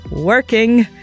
working